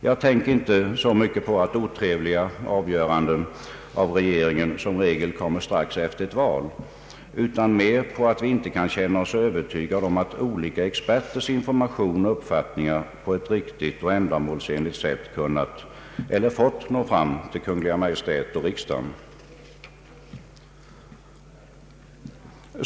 Jag tänker inte så mycket på att otrevliga avgöranden av regeringen som regel kommer strax efter ett val, utan mer på att vi inte kan känna oss övertygade om att olika experters information och uppfattningar på ett riktigt och ändamålsenligt sätt kunnat eller fått nå fram till Kungl. Maj:t och riksdagen.